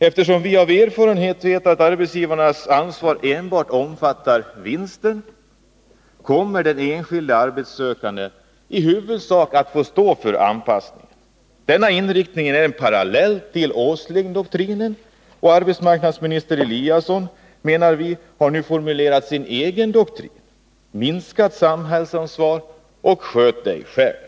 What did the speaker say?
Eftersom vi av erfarenhet vet att arbetsgivarnas ansvar enbart omfattar vinsten, kommer den enskilde arbetssökanden i huvudsak att få stå för anpassningen. Denna inriktning är en parallell till Åslingdoktrinen. Arbetsmarknadsminister Eliasson har nu, menar vi, formulerat sin egen doktrin: minskat ansvar och ”sköt dig själv!”.